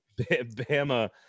Bama